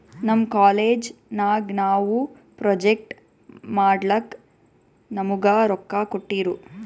ನಮ್ ಕಾಲೇಜ್ ನಾಗ್ ನಾವು ಪ್ರೊಜೆಕ್ಟ್ ಮಾಡ್ಲಕ್ ನಮುಗಾ ರೊಕ್ಕಾ ಕೋಟ್ಟಿರು